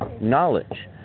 knowledge